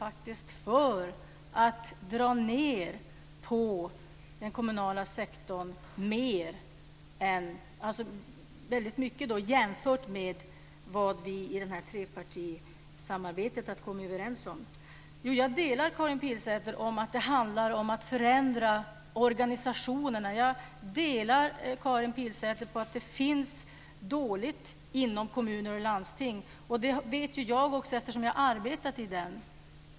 Folkpartiet är ju för att dra ned på den kommunala sektorn väldigt mycket jämfört med vad vi i trepartisamarbetet har kommit överens om. Jag delar Karin Pilsäters uppfattning att det handlar om att förändra organisationerna. Jag delar Karin Pilsäters uppfattning att det finns det som är dåligt inom kommuner och landsting. Det vet jag eftersom jag har arbetat där.